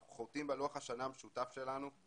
אנחנו חורתים בלוח השנה המשותף שלנו את